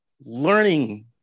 learning